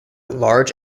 large